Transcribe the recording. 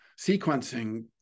sequencing